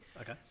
okay